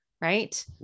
right